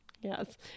Yes